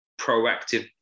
proactive